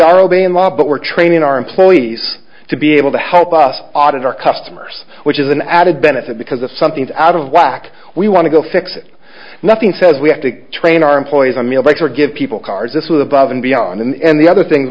are obeying the law but we're training our employees to be able to help us audit our customers which is an added benefit because of something out of whack we want to go fix it nothing says we have to train our employees i mean give people cars this was above and beyond and the other things